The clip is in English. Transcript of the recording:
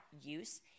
use